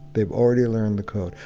they've already learned the code.